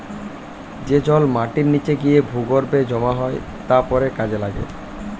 যে জল মাটির নিচে গিয়ে ভূগর্ভে জমা হয় তা পরে কাজে লাগে